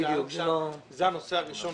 זה הנושא הראשון.